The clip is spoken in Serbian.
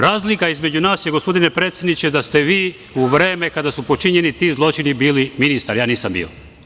Razlika između nas je, gospodine predsedniče, da ste vi u vreme kada su počinjeni ti zločini bili ministar, a ja nisam bio.